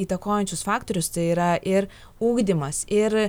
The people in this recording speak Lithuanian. įtakojančius faktorius tai yra ir ugdymas ir